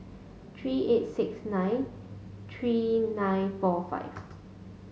three eight six nine three nine four five